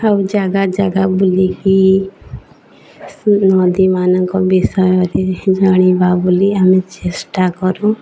ଆଉ ଜାଗା ଜାଗା ବୁଲିକି ନଦୀମାନଙ୍କ ବିଷୟରେ ଜାଣିବା ବୋଲି ଆମେ ଚେଷ୍ଟା କରୁ